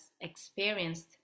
experienced